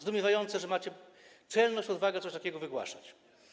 Zdumiewające, że macie czelność, odwagę coś takiego wygłaszać.